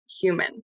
human